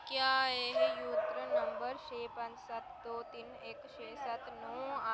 क्या एह् नंबर छे पांच सत्त दो तिन इक छे सत्त नौ